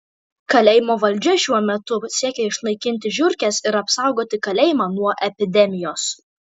kalėjimo valdžia šiuo metu siekia išnaikinti žiurkes ir apsaugoti kalėjimą nuo epidemijos